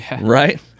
right